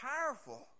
powerful